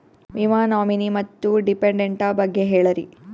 ವಿಮಾ ನಾಮಿನಿ ಮತ್ತು ಡಿಪೆಂಡಂಟ ಬಗ್ಗೆ ಹೇಳರಿ?